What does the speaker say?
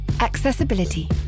Accessibility